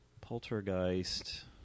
Poltergeist